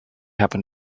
happen